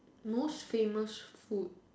most famous food